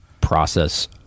process